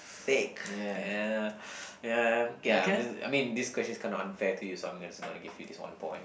thick ya ya okay I mean I mean this question is kind of unfair to you so I'm just gonna give you this one point